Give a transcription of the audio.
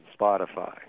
Spotify